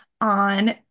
on